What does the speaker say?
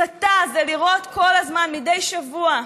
הסתה זה לראות כל הזמן, מדי שבוע,